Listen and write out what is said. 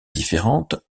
différentes